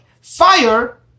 Fire